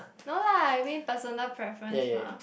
no lah I mean personal preference mah